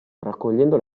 raccogliendo